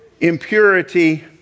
Impurity